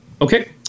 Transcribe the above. Okay